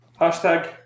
Hashtag